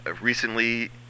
recently